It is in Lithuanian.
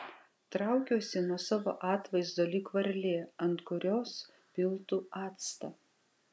traukiuosi nuo savo atvaizdo lyg varlė ant kurios piltų actą